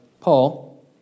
Paul